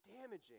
damaging